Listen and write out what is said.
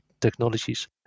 Technologies